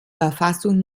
verfassung